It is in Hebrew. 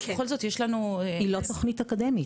בכל זאת יש לנו --- היא לא תוכנית אקדמית.